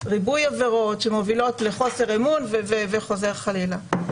ריבוי עבירות שמובילות לחוסר אמון וחוזר חלילה.